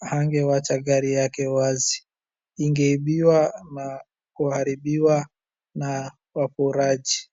hangewacha malngo wazi. Ingeibiwa na kuharibiwa na waporaji.